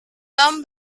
tom